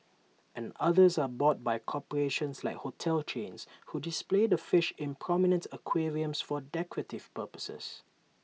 and others are bought by corporations like hotel chains who display the fish in prominent aquariums for decorative purposes